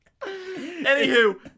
Anywho